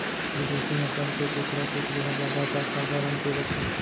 बिदेसी नसल के कुकरा, कुकरी ह जादातर सादा रंग के रथे